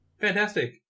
fantastic